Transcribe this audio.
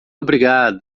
obrigado